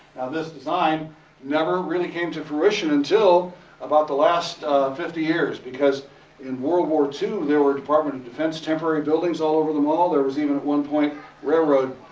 this design never really came to fruition, until about the last fifty years. because in world war two, there were department of defense temporary buildings all over the mall. there was even at one point railroad,